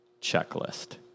checklist